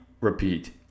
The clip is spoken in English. repeat